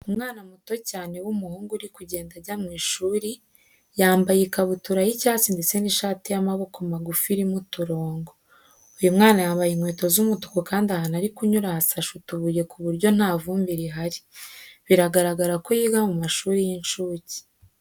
Umwana muto cyane w'umuhungu uri kugenda ajya mu ishuri, yambaye ikabutura y'icyatsi ndetse n'ishati y'amaboko magufi irimo uturongo. Uyu mwana yambaye inkweto z'umutuku kandi ahantu ari kunyura hasashe utubuye ku buryo nta vumbi rihari. Biragaragara ko yiga mu mashuri y'inshuke.